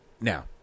now